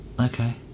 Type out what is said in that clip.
Okay